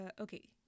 okay